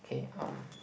okay um